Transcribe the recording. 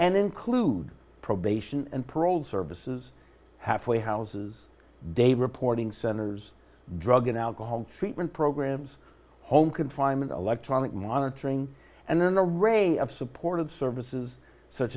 and include probation and parole services halfway houses day reporting centers drug and alcohol treatment programs home confinement electronic monitoring and then a ray of supportive services such